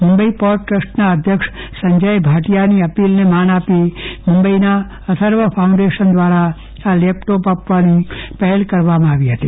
Mumbai port ટ્રસ્ટના અધ્યક્ષ સંજય ભાટીયાની અપીલને માન આપી મુંબઈના અથર્વ ફાઉન્ડેશન દ્વારા આ લેપટોપ આપવાની પહેલ કરવામાં આવી હતી